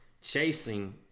chasing